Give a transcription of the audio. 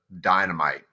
dynamite